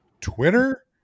Twitter